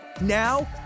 Now